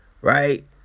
Right